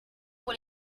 pour